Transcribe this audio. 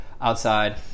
outside